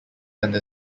under